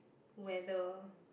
weather